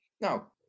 Now